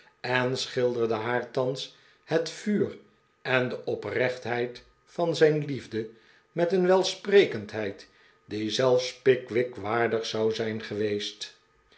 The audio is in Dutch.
en schilderde haar thans het vuur en de oprechtheid van zijn liefde met een welsprekendheid die zelfs pickwick waardig zou zijn geweest